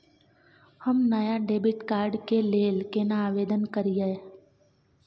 हम नया debit card के लेल केना आवेदन करियै?